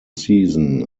season